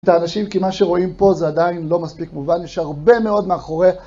את האנשים, כי מה שרואים פה זה עדיין לא מספיק מובן, יש הרבה מאוד מאחורי.